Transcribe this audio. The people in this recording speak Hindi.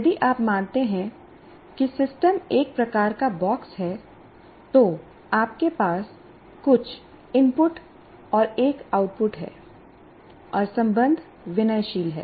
यदि आप मानते हैं कि सिस्टम एक प्रकार का बॉक्स है तो आपके पास कुछ इनपुट और एक आउटपुट है और संबंध विनयशील है